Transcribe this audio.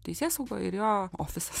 teisėsaugoj ir jo ofisas